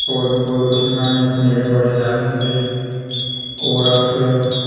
होर बी बोह्त कुछ बनाने खमीरे बड़े शैल होंदे होर अस